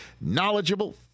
knowledgeable